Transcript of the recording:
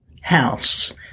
house